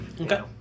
Okay